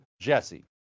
JESSE